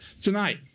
tonight